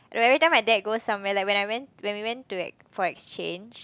every time my dad go somewhere like when I went like when we went to for exchange